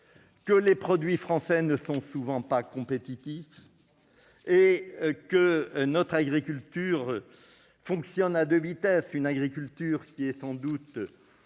les produits français ne sont souvent pas compétitifs. Notre agriculture fonctionne à deux vitesses : l'agriculture qui est sans doute